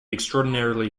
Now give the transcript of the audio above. extraordinarily